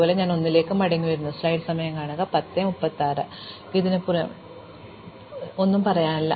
അതുപോലെ ഞാൻ 1 ലേക്ക് മടങ്ങിവരുന്നു എനിക്ക് ഇതിന് പുതിയതായി ഒന്നും പറയാനില്ല